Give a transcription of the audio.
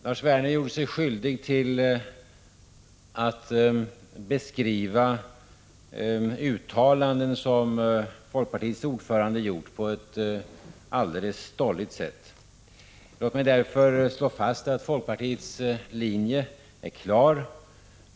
Lars Werner gjorde sig skyldig till att på ett alldeles stolligt sätt beskriva uttalanden som folkpartiets ordförande har gjort. Låt mig därför slå fast att folkpartiets inriktning är klar.